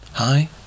Hi